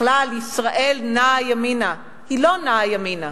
בכלל ישראל, נעה ימינה, היא לא נעה ימינה.